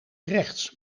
rechts